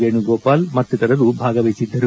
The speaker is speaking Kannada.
ವೇಣುಗೋಪಾಲನ್ ಮತ್ತಿತರರು ಭಾಗವಹಿಸಿದ್ದರು